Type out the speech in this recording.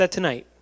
tonight